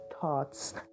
thoughts